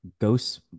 ghost